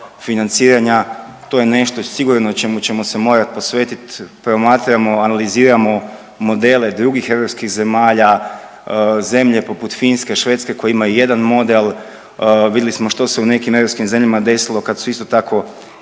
To je nešto sigurno o čemu ćemo se morat posvetiti, promatramo, analiziramo modele drugih europskih zemalja, zemlje poput Finske, Švedske koje imaju jedan model, vidli smo što se u nekim europskim zemljama desilo kad su isto tako